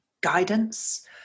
guidance